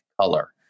color